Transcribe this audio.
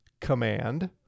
command